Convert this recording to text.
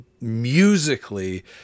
musically